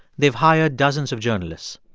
they've hired dozens of journalists.